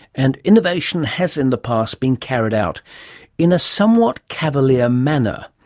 and innovation has in the past been carried out in a somewhat cavalier manner.